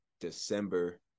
December